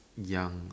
young